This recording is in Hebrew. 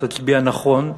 שתצביע נכון,